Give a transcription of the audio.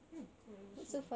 !huh! kalau seh eh